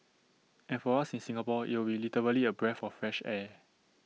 and for us in Singapore IT would be literally A breath of fresh air